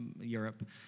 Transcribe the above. Europe